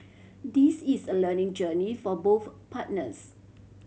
this is a learning journey for both partners